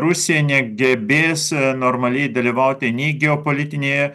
rusija negebės normaliai dalyvauti nei geopolitinėje